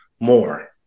more